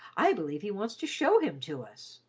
i believe he wants to show him to us.